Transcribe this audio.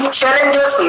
challenges